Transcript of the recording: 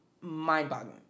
mind-boggling